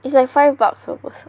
it's like five bucks per person